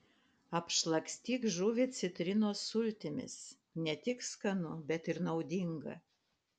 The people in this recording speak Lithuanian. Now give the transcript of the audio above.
apšlakstyk žuvį citrinos sultimis ne tik skanu bet ir naudinga